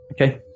Okay